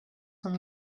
from